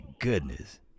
goodness